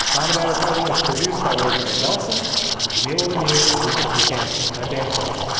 mom or dad or fighting is produced by roseberry bellson for jamilah lemieux and elizabeth new camp. i'm dan place.